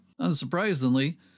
Unsurprisingly